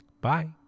Bye